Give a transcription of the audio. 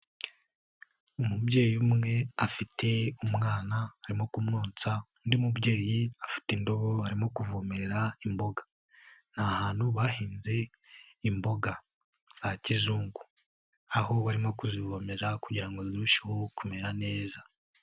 Umubyeyi umwe afite umwana arimo kumwonsa, undi mubyeyi afite indobo arimo kuvomerera imboga. Ni ahantu bahinze imboga za kizungu. Aho barimo kuzivomera kugira ngo zirusheho kumera neza.